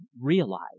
realize